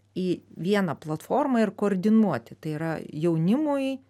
į vieną platformą ir koordinuoti tai yra jaunimui